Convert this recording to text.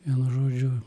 vienu žodžiu